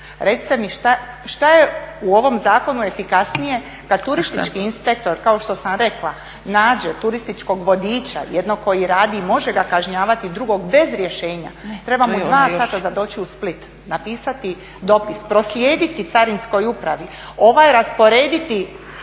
recite mi šta je u ovom zakonu efikasnije kada turistički inspektor kao što sam rekla nađe turističkog vodiča jednog koji radi i može ga kažnjavati i drugog bez rješenja treba mu dva sata za doći u Split, napisati dopis, proslijediti Carinskoj upravi, ovaj rasporediti